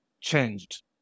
changed